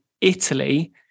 Italy